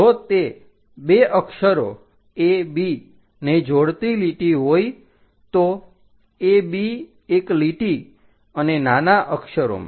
જો તે બે અક્ષરો a b ને જોડતી લીટી હોય તો ab એક લીટી અને નાના અક્ષરોમાં